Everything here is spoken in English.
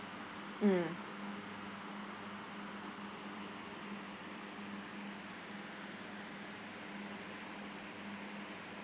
mm